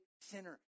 sinner